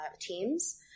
Teams